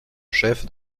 chef